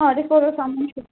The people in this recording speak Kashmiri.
چھُ